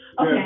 Okay